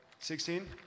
16